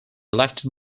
elected